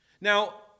Now